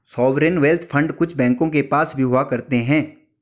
sovereign wealth fund कुछ बैंकों के पास भी हुआ करते हैं